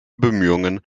bemühungen